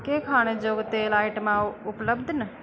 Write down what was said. केह् खानेजोग तेल आइटमां उपलब्ध न